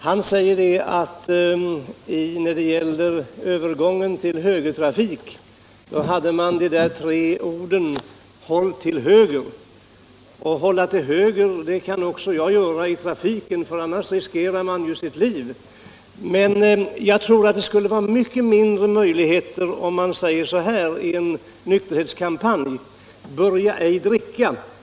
Herr Carlshamre säger att man vid övergången till högertrafik använde de tre orden ”håll till höger!” Hålla till höger kan också jag göra i trafiken, för annars riskerar jag ju mitt liv. Men jag tror att det skulle vara mycket mindre möjligheter att nå framgång, om man i en nykterhetskampanj skulle gå ut med uppmaningen: Börja ej dricka!